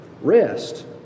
rest